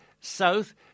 South